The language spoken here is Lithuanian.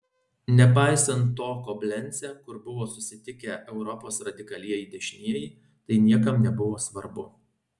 nepaisant to koblence kur buvo susitikę europos radikalieji dešinieji tai niekam nebuvo svarbu